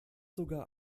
sogar